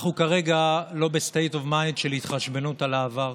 אנחנו כרגע לא ב-state of mind של התחשבנות על העבר,